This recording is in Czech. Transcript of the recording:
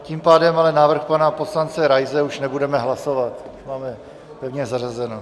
Tím pádem ale návrh pana poslance Raise už nebudeme hlasovat, už máme pevně zařazeno.